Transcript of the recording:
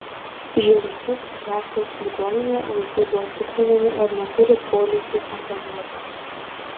žiegždrių psichiatrijos ligoninėje vaikai buvo tikrinami ar neturi polinkių fantazuoti